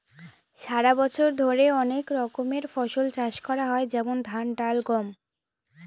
সারা বছর ধরে অনেক রকমের ফসল চাষ করা হয় যেমন ধান, ডাল, গম